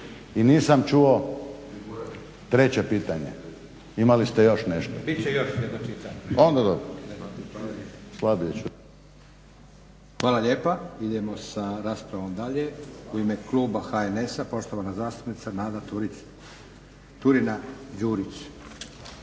I nisam čuo treće pitanje. Imali ste još nešto. … /Upadica se ne razumije./ … Onda dobro. **Leko, Josip (SDP)** Hvala lijepa. Idemo sa raspravom dalje. U ime kluba HNS-a poštovana zastupnica Nada Turina Đurić.